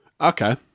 okay